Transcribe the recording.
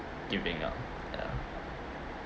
giving up ya